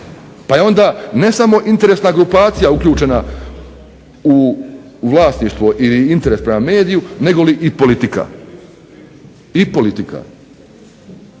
Pa je onda ne samo interesna grupacija uključena u vlasništvo i interes prema mediju negoli i politika. I to mi